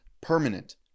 permanent